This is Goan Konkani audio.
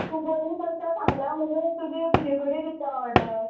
तूं बरी करता सांगला म्हणू तुजे तुजे कडे दिता ऑर्डर